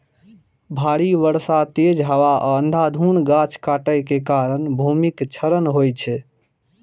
भारी बर्षा, तेज हवा आ अंधाधुंध गाछ काटै के कारण भूमिक क्षरण होइ छै